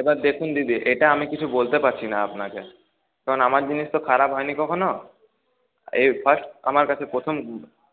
এবার দেখুন দিদি এটা আমি কিছু বলতে পারছি না আপনাকে কারণ আমার জিনিস তো খারাপ হয়নি কখনো এই ফার্স্ট আমার কাছে প্রথম